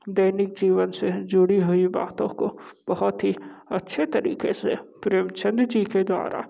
दैनिक जीवन से जुड़ी हुई बातों को बहुत ही अच्छे तरीके से प्रेमचंद जी के द्वारा